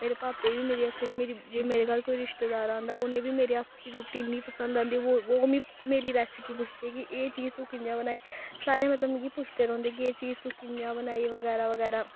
मेरे पापे गी बी मेरे हत्थै दी मेरी जे मेरे घर कोई रिशतेदार औंदा उ'नेंगी बी मेरे हत्थ दी रुटी इन्नी पसंद औंदी ओह् ओह् मी मेरी रेसपी पुच्छदे कि एह् चीज तू कि'यां बनाई सारे मतलब मिगी पुच्छदे रौंह्दे के एह् चीज तू कि'यां बनाई बगैरा बगैरा